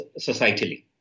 societally